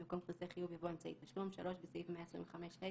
לחוק האמור"".